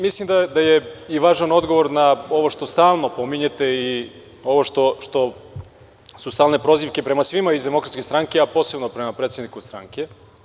Mislim da je i važan odgovor na ovo što stalno pominjete i ovo što su stalne prozivke prema svima iz DS, a posebno prema predsedniku stranke.